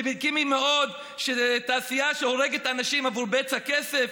לגיטימי מאוד שתעשייה הורגת אנשים עבור בצע כסף,